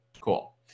Cool